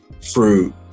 fruit